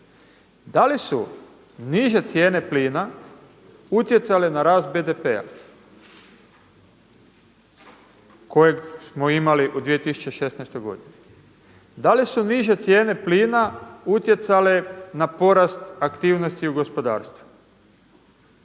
Da li su niže cijene plina utjecale na rast BPD-a kojeg smo imali u 2016. godini? Da li su niže cijene plina utjecale na porast aktivnosti u gospodarstvu?